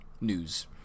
news